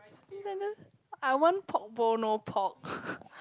I want pork bowl no pork